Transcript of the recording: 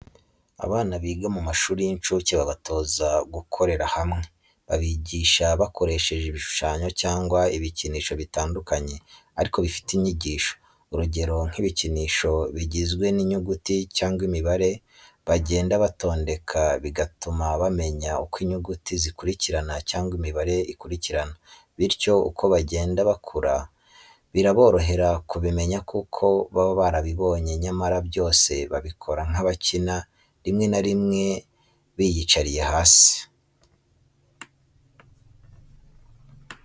Abana biga mu mashuli y'incucye babatoza gukorera hamwe, babigisha bakoresheje ibishushanyo cyangwa ibikinisho bitandukanye ariko bifite inyigisho. urugero nk'ibikinisho bigizwe n'inyuguti cyangwa imibare bagenda batondeka bigatuma bamenya uko inyuguti zikurikirana cyangwa imibare ikurikirana bityo uko bagenda bakura biraborohera kubimenya kuko baba barabibonye nyamara byose babikora nk'abakina rimwe narimwe biyicariye hasi.